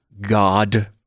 God